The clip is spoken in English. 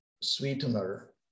sweetener